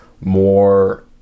more